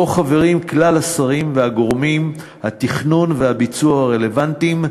ובו חברים כלל השרים וגורמי התכנון והביצוע הרלוונטיים,